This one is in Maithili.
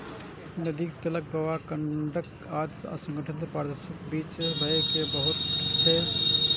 नदीक तलक प्रवाह कंकड़ आदि असंगठित पदार्थक बीच सं भए के बहैत छै